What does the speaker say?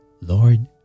Lord